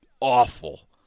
awful